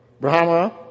Brahma